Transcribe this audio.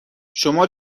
شما